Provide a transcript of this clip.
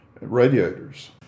radiators